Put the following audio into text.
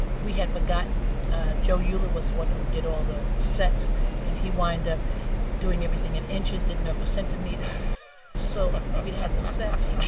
we had forgotten joe yula was the one who did all the sets and he wound up doing everything in inches, didn't know it was centimeters so we had no sets